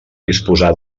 disposar